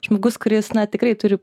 žmogus kuris na tikrai turi